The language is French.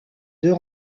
deux